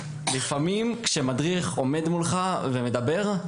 אבל כשמדריך עומד מולך ומדבר,